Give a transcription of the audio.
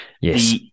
Yes